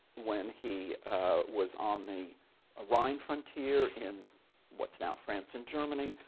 when he was on the ah rhine frontier in what's now france and germany,